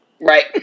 Right